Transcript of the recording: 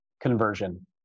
conversion